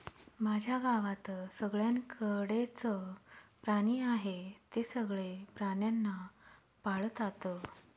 माझ्या गावात सगळ्यांकडे च प्राणी आहे, ते सगळे प्राण्यांना पाळतात